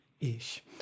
Ish